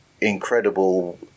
incredible